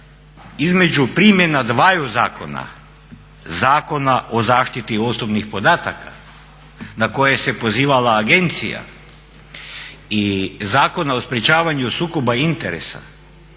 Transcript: između primjena dvaju zakona, Zakona o zaštiti osobnih podataka na koje se pozivala agencija i Zakona o sprečavanju sukoba interesa